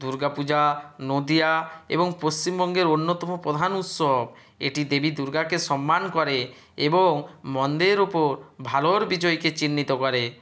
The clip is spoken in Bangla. দুর্গা পূজা নদীয়া এবং পশ্চিমবঙ্গের অন্যতম প্রধান উৎসব এটি দেবী দুর্গাকে সন্মান করে এবং মন্দের ওপর ভালোর বিজয়কে চিহ্নিত করে